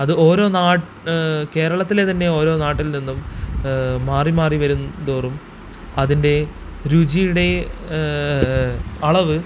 അത് ഓരോ നാട് കേരളത്തിലെ തന്നെ ഓരോ നാട്ടിൽനിന്നും മാറിമാറി വരുംതോറും അതിൻ്റെ രുചിയുടെ അളവ്